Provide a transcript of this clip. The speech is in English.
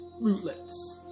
rootlets